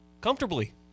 Comfortably